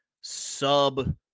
sub